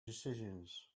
decisions